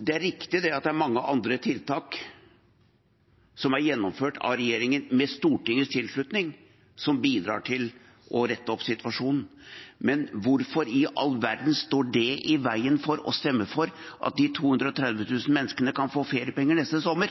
Det er riktig at det er mange andre tiltak som er gjennomført av regjeringen, med Stortingets tilslutning, som bidrar til å rette opp situasjonen. Men hvorfor i all verden står det i veien for å stemme for at de 230 000 menneskene kan få feriepenger neste sommer?